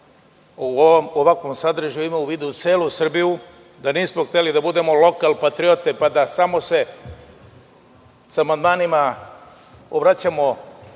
u ovakvom sadržaju imao u vidu celu Srbiju da nismo hteli da budemo lokal patriote pa da samo se sa amandmanima obraćamo